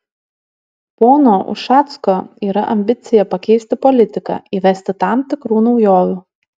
pono ušacko yra ambicija pakeisti politiką įvesti tam tikrų naujovių